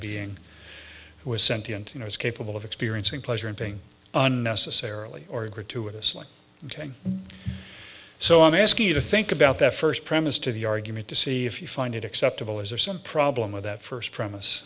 sentience you know is capable of experiencing pleasure and being unnecessarily or gratuitously ok so i ask you to think about that first premise to the argument to see if you find it acceptable as are some problem with that first promise